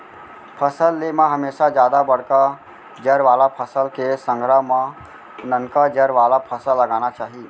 फसल ले म हमेसा जादा बड़का जर वाला फसल के संघरा म ननका जर वाला फसल लगाना चाही